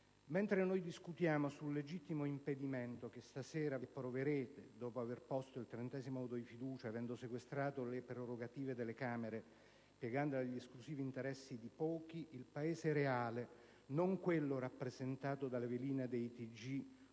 Mentre noi discutiamo sul legittimo impedimento, che stasera vi approverete dopo aver posto il trentesimo voto di fiducia ed aver sequestrato le prerogative delle Camere piegandole agli esclusivi interessi di pochi, il Paese reale - non quello rappresentato dalle veline dei TG